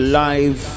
live